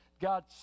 God